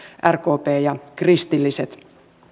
rkp ja kristilliset